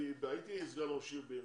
הייתי סגן ראש עיר בעירייה,